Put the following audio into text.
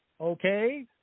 Okay